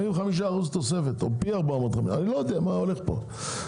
אני לא יודע מה הולך פה.